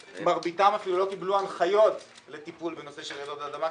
מרביתם אפילו לא קיבלו הנחיות לטיפול בנושא של רעידות אדמה,